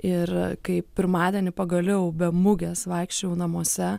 ir kai pirmadienį pagaliau be mugės vaikščiojau namuose